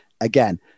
again